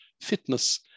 fitness